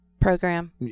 Program